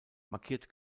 markiert